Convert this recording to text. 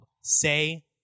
Say